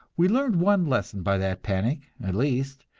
we learned one lesson by that panic at least,